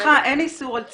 סליחה, אין איסור על ציניות.